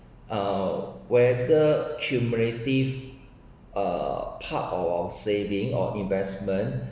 uh whether cumulative uh part our saving or investment